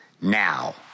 now